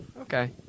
Okay